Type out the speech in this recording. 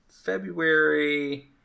February